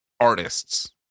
Artists